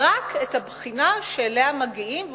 אלא רק את הבחינה שאליה מגיעים ועושים.